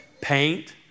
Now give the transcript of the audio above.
paint